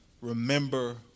remember